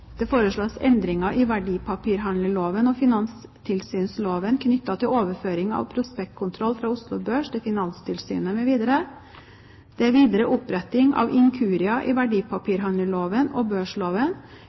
det foreslås endringer i verdipapirhandelloven og finanstilsynsloven knyttet til overføring av prospektkontroll fra Oslo Børs til Finanstilsynet, mv. Det er videre oppretting av inkurier i